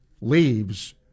leaves